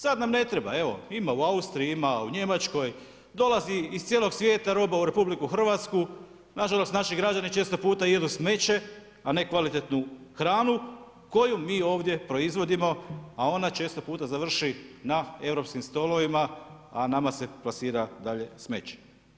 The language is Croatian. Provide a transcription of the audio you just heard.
Sada nam ne treba, evo ima u Austriji, ima u Njemačkoj dolazi iz cijelog svijeta roba u RH, nažalost naši građani često puta jedu smeće, a ne kvalitetnu hranu koju mi ovdje proizvodimo, a ona često puta završi na europskim stolovima, a nama se plasira dalje smeće.